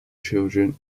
children